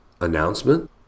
announcement